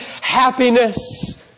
happiness